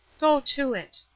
go to it.